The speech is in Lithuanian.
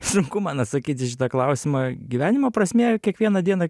sunku man atsakyt į šitą klausimą gyvenimo prasmė kiekvieną dieną